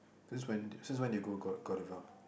since when did since when did you go god Godiva